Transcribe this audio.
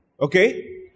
Okay